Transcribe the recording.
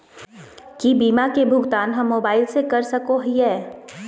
की बीमा के भुगतान हम मोबाइल से कर सको हियै?